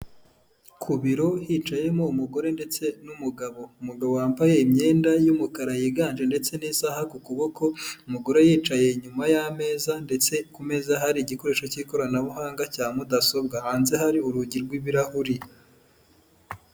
Ku biro hicayemo umugore ndetse n'umugabo, umugabo wambaye imyenda y'umukara yiganje ndetse n'isaha ku kuboko, umugore yicaye inyuma y'ameza ndetse ku meza hari igikoresho cy'ikoranabuhanga cya mudasobwa, hanze hari urugi rw'ibirahuri.